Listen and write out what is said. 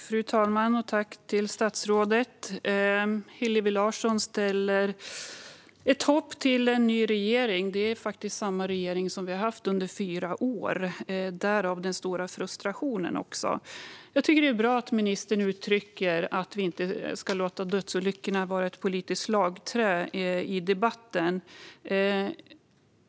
Fru talman! Tack, statsrådet! Hillevi Larsson sätter sitt hopp till en ny regering. Det är faktiskt samma regering som vi har haft under fyra år; därav den stora frustrationen. Jag tycker att det är bra att ministern uttrycker att vi inte ska låta dödsolyckorna vara ett politiskt slagträ i debatten.